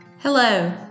Hello